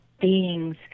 beings